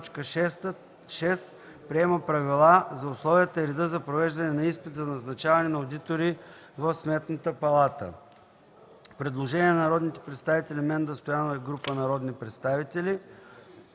„6. приема правила за условията и реда за провеждане на изпит за назначаване на одитори в Сметната палата.” Предложение на народните представители Менда Стоянова и група народни представители.